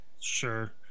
sure